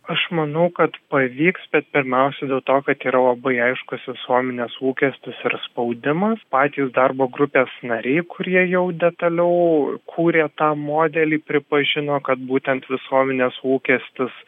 aš manau kad pavyks bet pirmiausia dėl to kad yra labai aiškus visuomenės lūkestis ir spaudimas patys darbo grupės nariai kurie jau detaliau kūrė tą modelį pripažino kad būtent visuomenės lūkestis